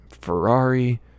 Ferrari